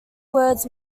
words